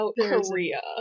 korea